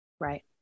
Right